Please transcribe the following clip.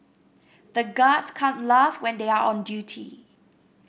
the guards can't laugh when they are on duty